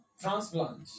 transplant